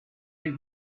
take